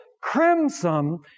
crimson